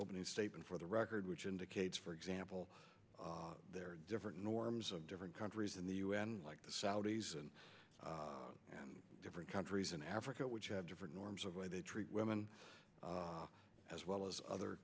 opening statement for the record which indicates for example there are different norms of different countries in the u n like the saudis and and different countries in africa which have different norms of the way they treat women as well as other